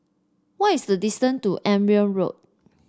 what is the distance to Edgeware Road